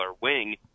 wing